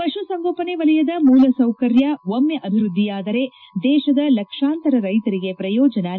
ಪಶುಸಂಗೋಪನೆ ವಲಯದ ಮೂಲ ಸೌಕರ್ಯ ಒಮ್ಮೆ ಅಭಿವ್ವದ್ಲಿಯಾದರೆ ದೇಶದ ಲಕ್ಷಾಂತರ ರೈತರಿಗೆ ಪ್ರಯೋಜನ ಲಭಿಸಲಿದೆ